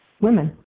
women